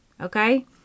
Okay